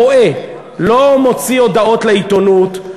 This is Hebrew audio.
רואה, לא מוציא הודעות לעיתונות,